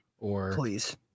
Please